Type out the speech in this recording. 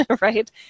right